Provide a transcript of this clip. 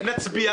נמנעים,